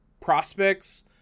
prospects